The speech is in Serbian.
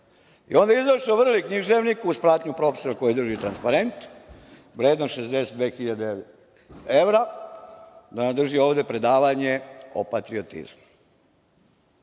Onda je izašao vrlo književnik, uz pratnju profesora koji drži transparent, vredan 62.000 evra, da nam drži ovde predavanje o patriotizmu. Dame